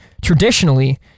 Traditionally